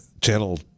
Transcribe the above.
channel